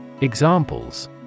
Examples